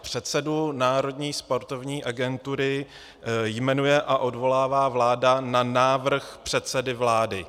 Předsedu Národní sportovní agentury jmenuje a odvolává vláda na návrh předsedy vlády.